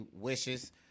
wishes